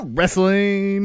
Wrestling